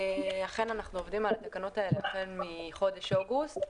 אכן אנחנו עובדים על התקנות האלה החל מחודש אוגוסט.